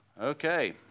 Okay